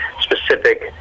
specific